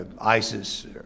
ISIS